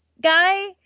guy